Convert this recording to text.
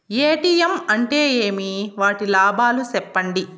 ATM అంటే ఏమి? వాటి లాభాలు సెప్పండి